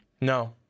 No